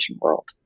world